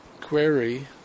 Query